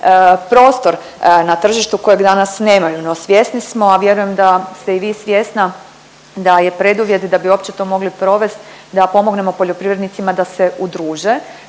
prostor na tržištu kojeg danas nemaju. No, svjesni smo, a vjerujem ste i vi svjesna da je preduvjet da uopće to mogli provesti da pomognemo poljoprivrednicima da se udruže.